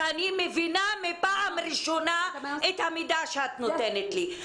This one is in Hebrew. שאני מבינה בפעם הראשונה את המידע שאת נותנת לי.